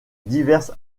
diverses